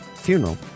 funeral